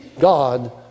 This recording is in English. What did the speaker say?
God